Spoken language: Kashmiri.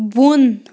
بۄن